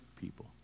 people